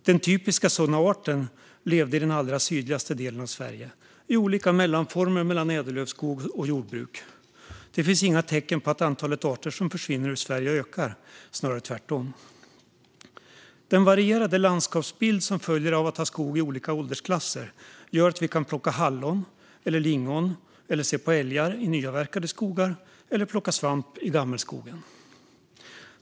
Den typiska sådana arten levde i den allra sydligaste delen av Sverige i olika mellanformer mellan ädellövskog och jordbruk. Det finns inga tecken på att antalet arter som försvinner i Sverige ökar, snarare tvärtom. Den varierade landskapsbild som följer av att ha skog i olika åldersklasser gör att vi kan plocka hallon eller lingon eller se på älgar i nyavverkade skogar eller plocka svamp i gammelskogen.